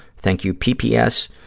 thank you. p. p. s.